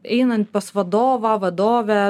einant pas vadovą vadovę